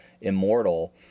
immortal